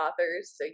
Authors